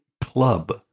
club